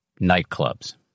nightclubs